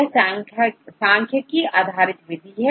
यह सांख्यिकी आधारित विधि है